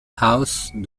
house